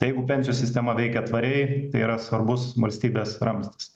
jeigu pensijų sistema veikia tvariai tai yra svarbus valstybės ramstis